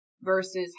versus